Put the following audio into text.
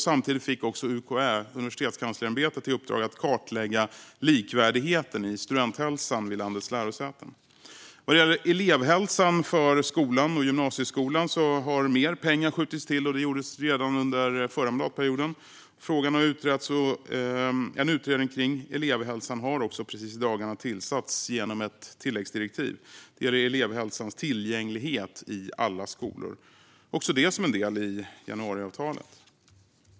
Samtidigt fick också Universitetskanslersämbetet, UKÄ, i uppdrag att kartlägga likvärdigheten i studenthälsan vid landets lärosäten. Vad gäller elevhälsan för skolan och gymnasieskolan har mer pengar skjutits till - det gjordes redan under förra mandatperioden - och frågan har utretts. En utredning om elevhälsan har genom ett tilläggsdirektiv dessutom precis i dagarna tillsatts. Den gäller elevhälsans tillgänglighet i alla skolor. Också detta är en del av januariavtalet.